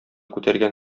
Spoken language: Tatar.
күтәргән